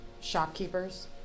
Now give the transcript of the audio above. Shopkeepers